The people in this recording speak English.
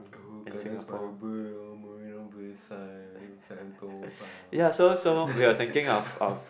Gardens-by-the-Bay uh Marina-Bay-Sands Sentosa sentosa